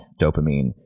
dopamine